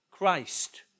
Christ